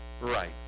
right